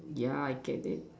yeah I get it